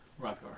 Rothgar